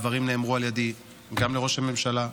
הדברים נאמרו על ידי גם לראש הממשלה,